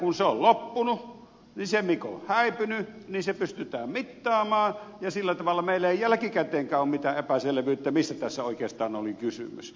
kun se on loppunut niin se mikä on häipynyt pystytään mittaamaan ja sillä tavalla meillä ei jälkikäteenkään ole mitään epäselvyyttä mistä tässä oikeastaan oli kysymys